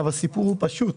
הסיפור הוא ממש פשוט,